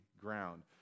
ground